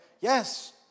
Yes